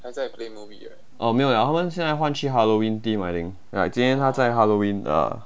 哦没有 liao 他们现在换去 halloween theme I think ya 今天它在 halloween uh